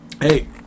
hey